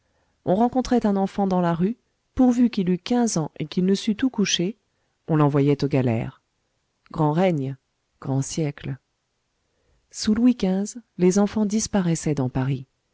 on rencontrait un enfant dans la rue pourvu qu'il eût quinze ans et qu'il ne sût où coucher on l'envoyait aux galères grand règne grand siècle sous louis xv les enfants disparaissaient dans paris